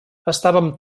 estàvem